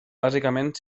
bàsicament